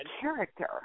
character